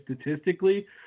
statistically